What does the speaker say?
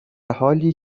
حالی